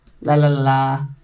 la-la-la